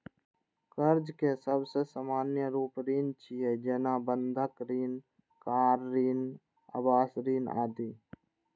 कर्ज के सबसं सामान्य रूप ऋण छियै, जेना बंधक ऋण, कार ऋण, आवास ऋण आदि